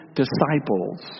disciples